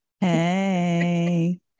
hey